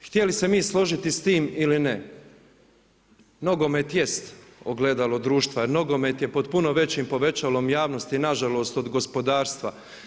Jer htjeli se mi složiti s tim ili ne, nogomet jest ogledalo društva jer nogomet je pod puno većim povećalom javnosti nažalost od gospodarstva.